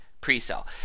pre-cell